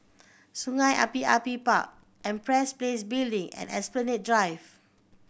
Sungei Api Api Park Empress Place Building and Esplanade Drive